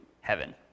heaven